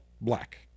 black